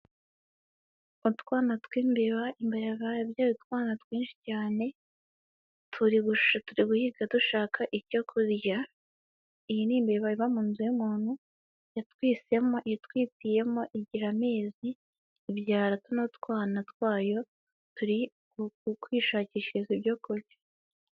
Utwana tw'imbeba, imbeba yabyaye utwana twinshi cyane turi guhiga dushaka icyo kurya, iyi n'imbeba mu nzu y'umuntu yatwisemo yatwitiyemo igira amezi ibyara utu twana twayo turikwishakishiriza ibyo kurya.